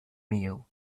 meal